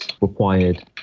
required